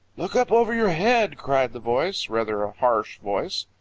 look up over your head, cried the voice, rather a harsh voice.